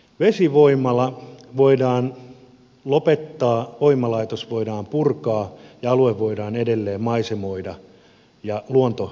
vesivoimala voidaan lopettaa voimalaitos voidaan purkaa ja alue voidaan edelleen maisemoida ja luonto palauttaa ennalleen